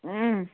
ಹ್ಞೂ